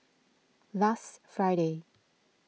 last Friday